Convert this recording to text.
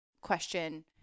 question